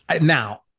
Now